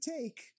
take